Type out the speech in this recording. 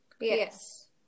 Yes